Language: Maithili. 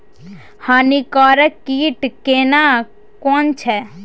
हानिकारक कीट केना कोन छै?